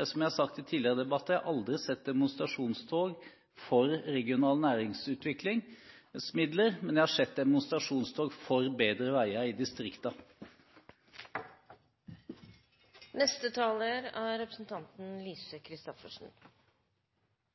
Som jeg har sagt i tidligere debatter: Jeg har aldri sett demonstrasjonstog for regionale næringsutviklingsmidler, men jeg har sett demonstrasjonstog for bedre veier i